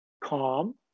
calm